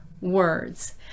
words